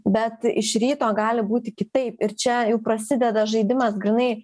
bet iš ryto gali būti kitaip ir čia jau prasideda žaidimas grynai